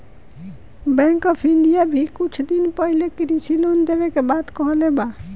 bank of India भी कुछ दिन पाहिले कृषि लोन देवे के बात कहले बा